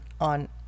on